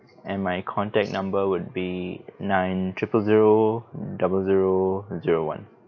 and my contact number would be nine triple zero double zero zero one